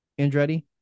Andretti